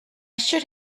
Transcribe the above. should